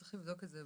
צריך לבדוק את זה.